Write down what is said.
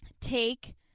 take